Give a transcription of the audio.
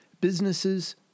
businesses